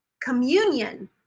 communion